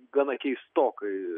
gana keistokai